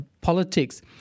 politics